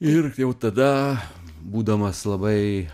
ir jau tada būdamas labai